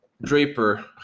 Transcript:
Draper